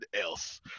else